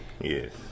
Yes